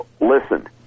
listen